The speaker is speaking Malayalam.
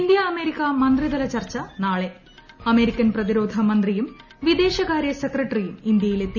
ഇന്ത്യ അമേരിക്ക മന്ത്രിതലചർച്ച നാളെ അമേരിക്കൻ പ്രതിരോധ മന്ത്രിയും വിദേശകാര്യ സെക്രട്ടറിയും ഇന്ത്യയിലെത്തി